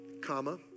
Comma